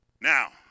Now